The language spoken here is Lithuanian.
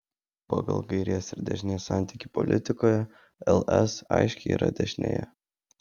pagal kairės ir dešinės santykį politikoje ls aiškiai yra dešinėje